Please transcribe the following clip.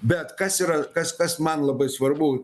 bet kas yra kas kas man labai svarbu